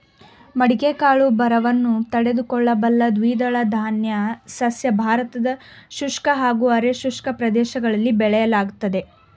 ಮಡಿಕೆ ಕಾಳು ಬರವನ್ನು ತಡೆದುಕೊಳ್ಳಬಲ್ಲ ದ್ವಿದಳಧಾನ್ಯ ಸಸ್ಯ ಭಾರತದ ಶುಷ್ಕ ಹಾಗೂ ಅರೆ ಶುಷ್ಕ ಪ್ರದೇಶಗಳಲ್ಲಿ ಬೆಳೆಯಲಾಗ್ತದೆ